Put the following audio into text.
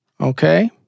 Okay